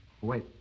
Wait